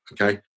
Okay